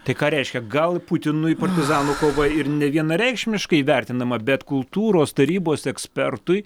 tai ką reiškia gal putinui partizanų kova ir nevienareikšmiškai vertinama bet kultūros tarybos ekspertui